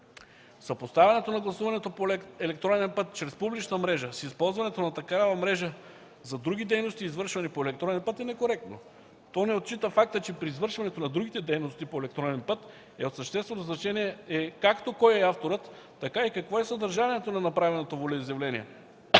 Съпоставянето на гласуването по електронен път чрез публична мрежа с използването на такава мрежа за други дейности, извършвани по електронен път е некоректно. То не отчита факта, че при извършването на другите дейности по електронен път е от съществено значение е както кой е авторът, така и какво е съдържанието на направеното волеизявление.